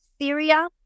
Syria